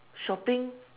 shopping